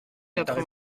quatre